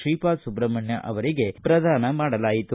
ಶ್ರೀಪಾದ ಸುಬ್ರಹ್ಮಣ್ಯಂ ಅವರಿಗೆ ಪ್ರದಾನ ಮಾಡಲಾಯಿತು